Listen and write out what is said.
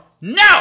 No